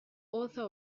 author